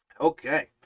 okay